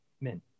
men